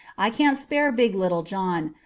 i can't spare big little john.